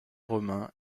romain